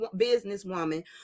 businesswoman